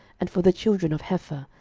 and for the children of hepher,